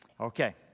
Okay